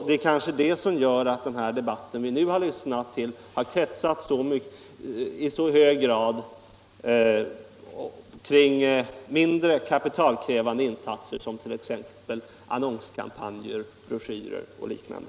Det är kanske det som gör att den debatt som vi nu har lyssnat till i så hög grad har kretsat kring mindre kostnadskrävande insatser, såsom annonskampanjer, broschyrer och liknande.